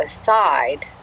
aside